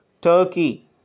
Turkey